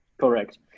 correct